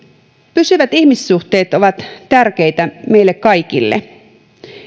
pysyvät ihmissuhteet ovat tärkeitä meille kaikille